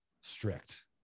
strict